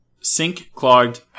Sink-clogged